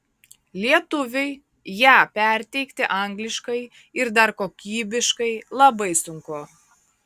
lietuviui ją perteikti angliškai ir dar kokybiškai labai sunku